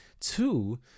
two